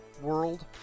world